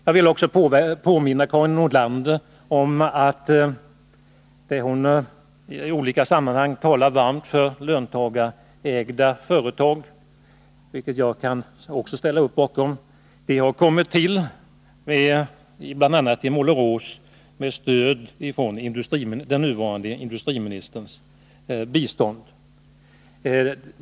Jag vill också påminna Karin Nordlander om”att löntagarägda företag — något som hon i olika sammanhang talar varmt för och som jag också kan ställa mig bakom — har kommit till stånd bl.a. i Målerås med den nuvarande industriministerns bistånd.